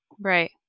Right